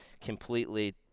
completely